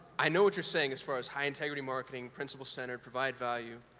i know what you're saying as far as high integrity marketing, principle center, provide value,